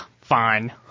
fine